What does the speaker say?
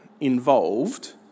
involved